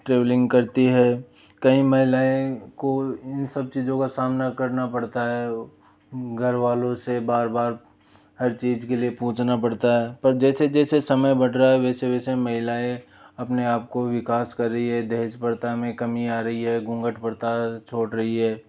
travelling करती है कई महिलाएँ को इन सब चीज़ों का सामना करना पड़ता है घर वालों से बार बार हर चीज के लिए पूछना पड़ता है पर जैसे जैसे समय बढ़ रहा है वैसे वैसे महिलाएँ अपने आप को विकास कर रही है दहेज़ प्रथा में कमी आ रही है घूँघट प्रथा छोड़ रही है